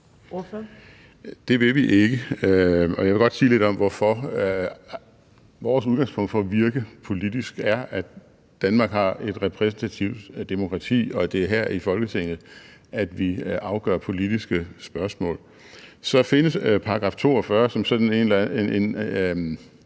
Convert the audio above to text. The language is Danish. Det vil vi ikke, og jeg vil godt sige lidt om hvorfor. Vores udgangspunkt for at virke politisk er, at Danmark har et repræsentativt demokrati, og at det er her i Folketinget, vi afgør politiske spørgsmål. Så findes § 42 som et